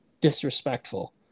Disrespectful